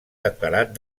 declarat